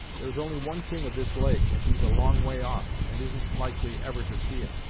there's only one king of this lake, and he's a long way off, and isn't likely ever to see it.